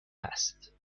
هست